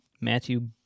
Matthew